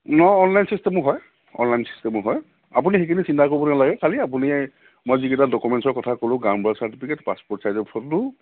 ন online ছিষ্টেমো হয় online ছিষ্টেমো হয় আপুনি সেইখিনি চিন্তা কৰিব নালাগে খালি আপুনি মই যিকেইটা ডকুমেণ্টছৰ ক'লোঁ গাঁওবুঢ়াৰ চাৰ্টিফিকেট পাছপৰ্ট চাইজৰ ফটো